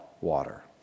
water